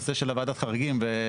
הנושא של ועדת חריגים.